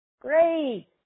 Great